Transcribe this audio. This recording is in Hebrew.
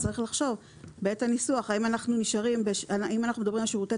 אז צריך לחשוב בעת הניסוח אם מדברים על שירותי